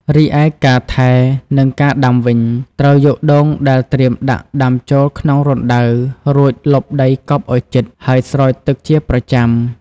រីឯការថែ និងការដាំវិញ ត្រូវយកដូងដែលត្រៀមដាក់ដាំចូលក្នុងរណ្ដៅ រួចលប់ដីកប់ឲ្យជិត ហើយស្រោចទឹកជាប្រចាំ។